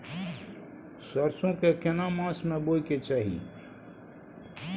सरसो के केना मास में बोय के चाही?